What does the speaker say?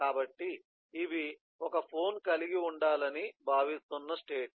కాబట్టి ఇవి ఒక ఫోన్ కలిగి ఉండాలని భావిస్తున్న స్టేట్ లు